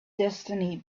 destiny